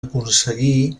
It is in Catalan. aconseguir